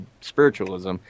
spiritualism